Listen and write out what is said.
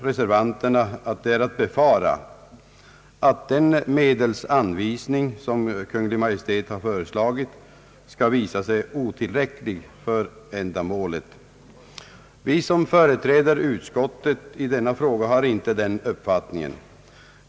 Reservanterna anför att det är att befara att den medelsanvisning som Kungl. Maj:t har föreslagit skall visa sig otillräcklig för ändamålet. Vi som företräder utskottet i denna fråga har inte den uppfattningen.